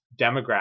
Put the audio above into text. demographic